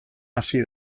hasi